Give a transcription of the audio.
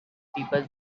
people